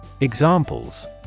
Examples